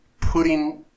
putting